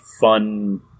fun